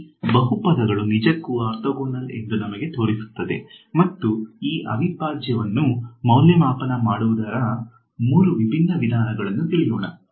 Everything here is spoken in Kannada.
ಈ ಬಹುಪದಗಳು ನಿಜಕ್ಕೂ ಆರ್ಥೋಗೋನಲ್ ಎಂದು ನಮಗೆ ತೋರಿಸುತ್ತದೆ ಮತ್ತು ಈ ಅವಿಭಾಜ್ಯವನ್ನು ಮೌಲ್ಯಮಾಪನ ಮಾಡುವುದರ ಮೂರು ವಿಭಿನ್ನ ವಿಧಾನಗಳನ್ನು ತಿಳಿಯೋಣ